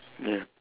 ya